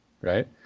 right